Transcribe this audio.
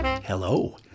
Hello